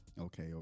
Okay